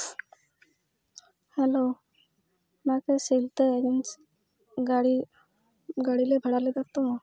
hello ᱱᱚᱣᱟ ᱥᱤᱞᱫᱟᱹ ᱫᱤᱥᱚᱢ ᱜᱟᱹᱲᱤ ᱜᱟᱹᱲᱤ ᱞᱮ ᱵᱷᱟᱲᱟ ᱞᱮᱫᱟ ᱛᱚ